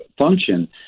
function